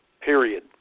period